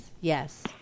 yes